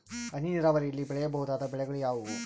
ಹನಿ ನೇರಾವರಿಯಲ್ಲಿ ಬೆಳೆಯಬಹುದಾದ ಬೆಳೆಗಳು ಯಾವುವು?